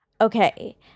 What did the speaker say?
Okay